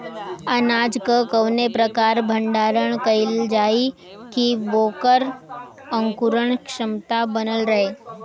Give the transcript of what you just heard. अनाज क कवने प्रकार भण्डारण कइल जाय कि वोकर अंकुरण क्षमता बनल रहे?